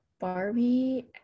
Barbie